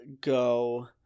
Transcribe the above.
go